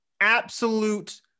absolute